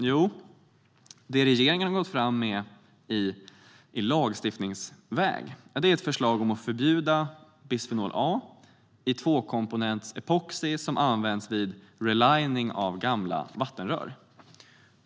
Jo, det regeringen har gått fram med i lagstiftningsväg är ett förslag om att förbjuda bisfenol A i tvåkomponentsepoxi som används vid relining av gamla vattenrör.